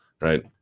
right